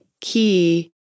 key